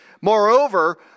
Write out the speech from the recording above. Moreover